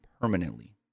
permanently